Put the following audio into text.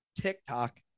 TikTok